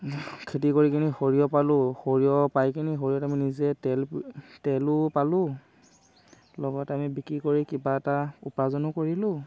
খেতি কৰি কিনি সৰিয়হ পালোঁ সৰিয়হ পাই কিনি সৰিয়হত আমি নিজে তেল তেলো পালোঁ লগত আমি বিক্ৰী কৰি কিবা এটা উপাৰ্জনো কৰিলোঁ